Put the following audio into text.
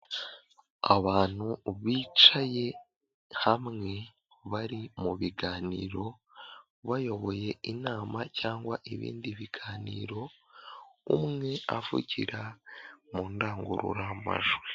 Abantu bicaye hamwe bari mu biganiro bayoboye inama cyangwa ibindi biganiro, umwe avugira mu ndangururamajwi.